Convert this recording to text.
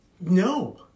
no